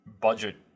budget